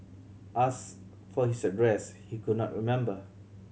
asked for his address he could not remember